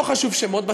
לא חשוב שמות,